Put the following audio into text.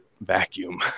vacuum